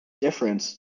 difference